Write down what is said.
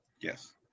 Yes